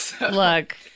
Look